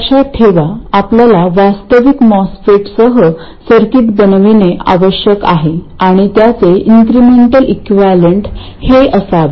लक्षात ठेवा आपल्याला वास्तविक मॉसफेटसह सर्किट बनविणे आवश्यक आहे आणि त्याचे इन्क्रिमेंटल इक्विवलेंट हे असावे